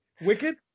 Wicked